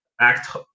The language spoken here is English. act